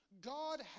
God